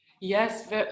Yes